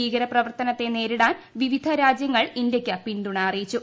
ഭീകര പ്രവർത്തനത്തെ നേരിടാൻ വിവിധ രാജ്യങ്ങൾ ഇന്ത്യക്ക് പിന്തുണ അറിയിച്ചു